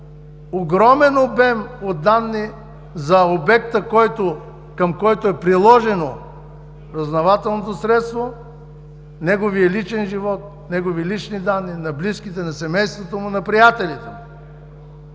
огромен обем от данни за обекта, към който е приложено разузнавателното средство, неговият личен живот, негови лични данни, на близките, на семейството му, на приятели.